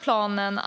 Planen